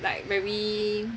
like very